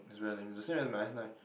it's very lame it's the same as my S nine